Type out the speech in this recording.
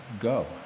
go